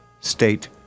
State